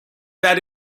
that